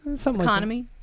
Economy